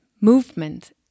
movement